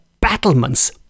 battlements